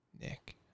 Nick